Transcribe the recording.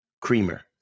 Creamer